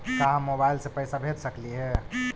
का हम मोबाईल से पैसा भेज सकली हे?